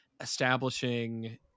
establishing